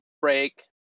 break